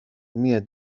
μια